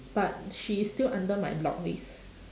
but she is still under my block list